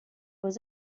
was